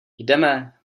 jdeme